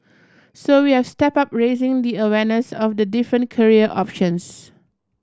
so we have stepped up raising the awareness of the different career options